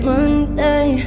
Monday